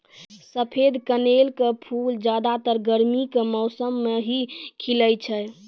सफेद कनेल के फूल ज्यादातर गर्मी के मौसम मॅ ही खिलै छै